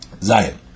Zion